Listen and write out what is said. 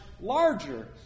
larger